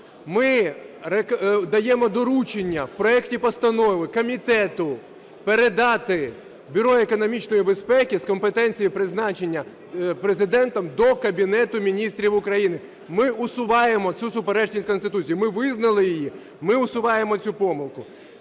ми даємо доручення в проекті постанови комітету передати Бюро економічної безпеки з компетенції призначення Президентом до Кабінету Міністрів України. Ми усуваємо цю суперечність Конституції, ми визнали її – ми усуваємо цю помилку.